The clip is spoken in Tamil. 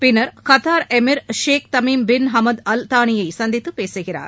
பின்னர் Qatar emir Sheikh Tamim bin Hamad Al தானியை சந்தித்து பேசுகிறார்